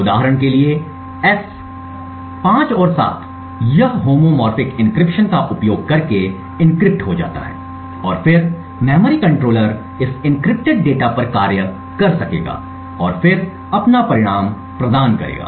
उदाहरण के लिए S 5 और 7 यह होमोमोर्फिक एन्क्रिप्शन का उपयोग करके एन्क्रिप्ट हो जाता है और फिर मेमोरी कंट्रोलर इस एन्क्रिप्टेड डेटा पर कार्य कर सकेगा और फिर अपना परिणाम प्रदान करेगा